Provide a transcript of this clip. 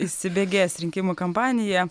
įsibėgės rinkimų kampanija